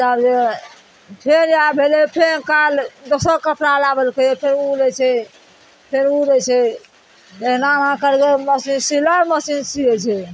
ताबे मे फेर या भेलय फेन काल दोसर कपड़ा लाबलकइ फेर उ लै छै फेर उ लै छै एहिना एना एना करबइ मशीन सिलाइ मशीन सीयै छै